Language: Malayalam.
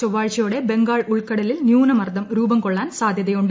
ചൊവ്വാഴ്ചയോടെ ബംഗാൾ ഉൾക്കടലിൽ ന്യൂനമർദ്ദം രൂപംകൊള്ളാൻ സാധ്യതയുണ്ട്